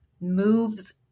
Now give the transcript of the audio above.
moves